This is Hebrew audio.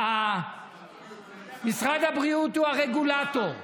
משרד הבריאות הוא הרגולטור.